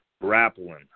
grappling